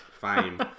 fame